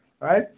right